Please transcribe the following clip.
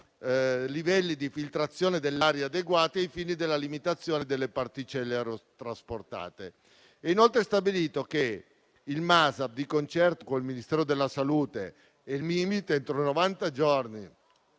livelli di filtrazione dell'aria adeguati ai fini della limitazione delle particelle aerotrasportate. È inoltre stabilito che il Masaf, di concerto col Ministero della salute e il Mimit, entro novanta giorni